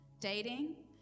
dating